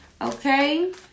okay